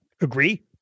agree